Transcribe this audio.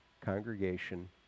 congregation